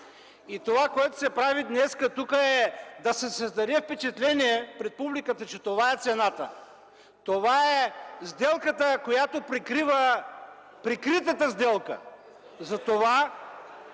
и това, което днес се прави тук, е да се създаде впечатление пред публиката, че това е цената – това е сделката, която прикрива прикритата сделка! (Шум